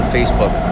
Facebook